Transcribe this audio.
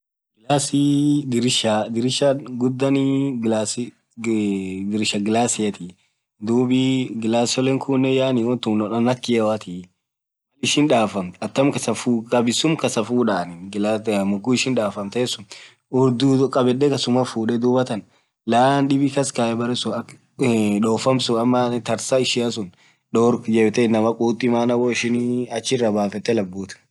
Glassii dirisha. dirishan ghudhani glass dirisha glassiati dhubii glasole khunen yaani won thun won kioathi ishin dhafamtu atam kasafutha kabisun kasafudha anin moghuu ishin dhafamthen suun khabedhen kasumaa fudhe dhuathan laaan dhibii kaskaye berresun akaa dhofamsun amaa tarsaa ishian sunn dhorg jebithe inamaa khuthi maana woishin achiraaa bafteee laff budhuuth